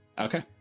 Okay